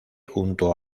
junto